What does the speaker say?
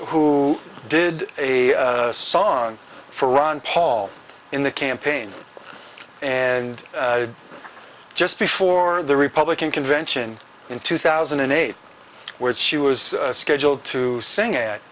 who did a song for ron paul in the campaign and just before the republican convention in two thousand and eight where she was scheduled to sing